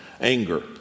anger